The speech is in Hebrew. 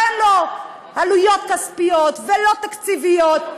ואין לו עלויות כספיות ולא תקציביות.